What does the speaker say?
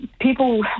people